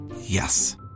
Yes